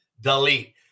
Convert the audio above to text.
delete